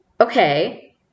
okay